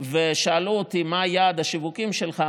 ושאלו אותי: מה יעד השיווקים שלך?